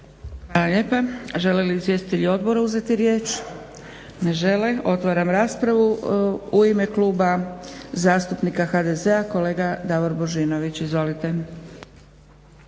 Dragica (SDP)** Žele li izvjestitelji odbora uzeti riječ? Ne žele. Otvaram raspravu. U ime Kluba zastupnika HDZ-a kolega Davor Božinović. Izvolite.